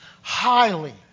highly